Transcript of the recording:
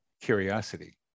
curiosity